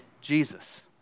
Jesus